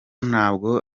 ntabwo